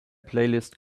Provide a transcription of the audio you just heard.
playlist